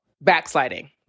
backsliding